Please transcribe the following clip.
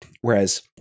Whereas